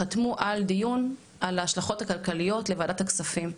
חתמו על דיון על ההשלכות הכלכליות לוועדת הכספים,